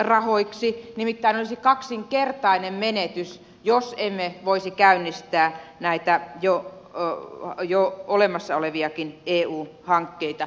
nimittäin olisi kaksinkertainen menetys jos emme voisi käynnistää näitä jo olemassa oleviakin eu hankkeita